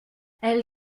elle